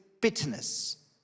bitterness